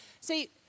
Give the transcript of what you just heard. See